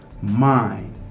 mind